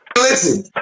Listen